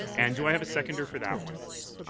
and do i have a seconder for that one, please?